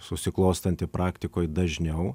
susiklostanti praktikoj dažniau